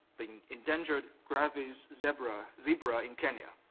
the endangered gravy's zebra zebra in kenya,